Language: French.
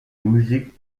music